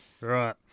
Right